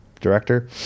director